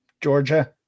Georgia